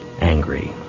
angry